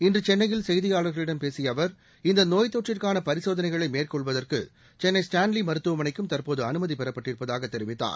இன்று சென்னையில் செய்தியாளர்களிடம் பேசிய அவர் இந்த நோய் தொற்றுக்கான பரிசோதனைகளை மேற்கொள்வதற்கு சென்னை ஸ்டான்லி மருத்துவமனைக்கும் தற்போது அனுமதி பெறப்பட்டிருப்பதாகத் தெரிவித்தார்